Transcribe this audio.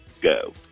go